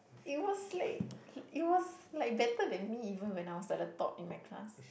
it was late it was like better than me even when I was at the top in my class